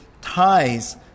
ties